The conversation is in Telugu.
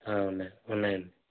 ఉన్నాయి ఉన్నాయి అండి